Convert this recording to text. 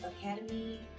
Academy